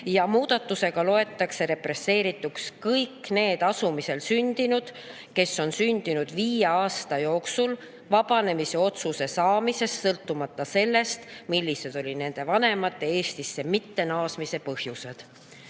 ja muudatusega loetakse represseerituks kõik need asumisel sündinud, kes on sündinud viie aasta jooksul vabanemise otsuse saamisest, sõltumata sellest, millised olid nende vanemate Eestisse mittenaasmise põhjused.